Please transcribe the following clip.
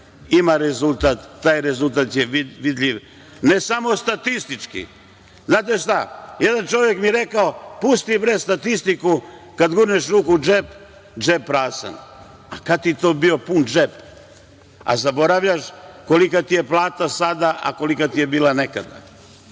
ima rezultat, taj rezultat je vidljiv i to ne samo statistički. Znate šta, jedan čovek mi je rekao – pusti, bre, statistiku, kad gurneš ruku u džep, džep prazan. A kad ti je to bio pun džep? Zaboravljaš kolika ti je plata sada, a kolika ti je bila nekada. Moram